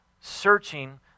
searching